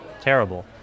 terrible